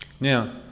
Now